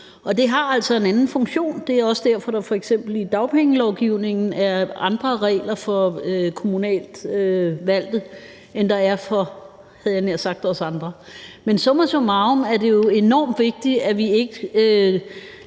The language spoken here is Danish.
altså en anden funktion. Det er også derfor, der f.eks. i dagpengelovgivningen er andre regler for kommunalt valgte, end der er for, havde jeg nær sagt, os andre. Men summa summarum er det jo enormt vigtigt, at vi ikke